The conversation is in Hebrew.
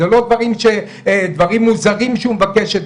זה לא דברים מוזרים שהוא מבקש.